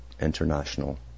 international